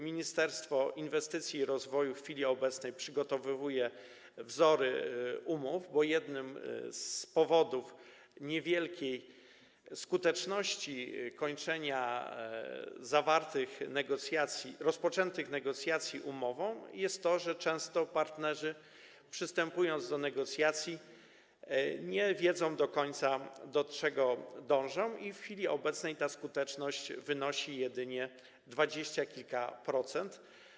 Ministerstwo Inwestycji i Rozwoju w chwili obecnej przygotowuje wzory umów, bo jednym z powodów niewielkiej skuteczności kończenia rozpoczętych negocjacji umową jest to, że często partnerzy, przystępując do negocjacji, nie wiedzą do końca, do czego dążą, i w chwili obecnej ta skuteczność wynosi jedynie dwadzieścia kilka procent.